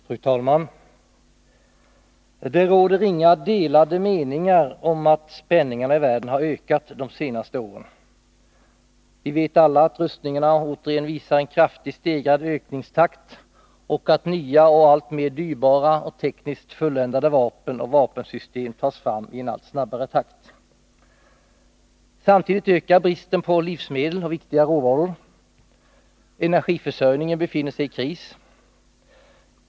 Fru talman! Det råder inga delade meningar om att spänningarna i världen har ökat de senaste åren. Vi vet alla att rustningarna återigen visar en kraftigt stegrad ökningstakt och att nya och alltmer dyrbara och tekniskt fulländade vapen och vapensystem tas fram i en allt snabbare takt. Samtidigt ökar bristen på livsmedel och viktiga råvaror. Energiförsörjningen befinner sig i kris.